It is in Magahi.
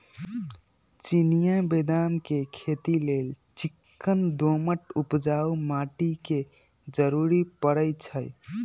चिनियाँ बेदाम के खेती लेल चिक्कन दोमट उपजाऊ माटी के जरूरी पड़इ छइ